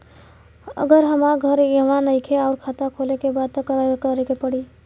अगर हमार घर इहवा नईखे आउर खाता खोले के बा त का करे के पड़ी?